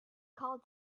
called